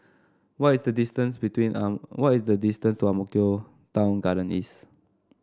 what is the distance between on what is the distance to Ang Mo Kio Town Garden East